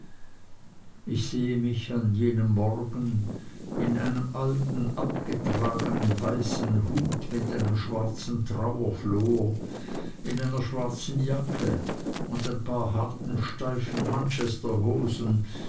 ich sehe mich an jenem morgen in einem alten abgetragnen weißen hut mit einem schwarzen trauerflor in einer schwarzen jacke und ein paar harten steifen